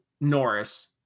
Norris